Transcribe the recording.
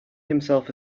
himself